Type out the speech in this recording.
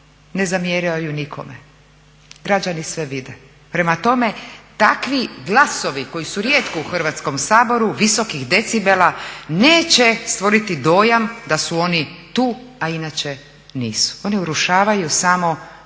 ne zamjeraju nikome, građani sve vide. Prema tome, takvi glasovi koji su rijetko u Hrvatskom saboru visokih decibela neće stvoriti dojam da su oni tu, a inače nisu. Oni urušavaju samo prije